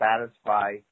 satisfy